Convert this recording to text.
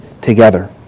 together